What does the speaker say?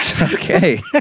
Okay